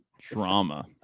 drama